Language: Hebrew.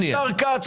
אם זה בצבעים שלהם,